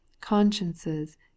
consciences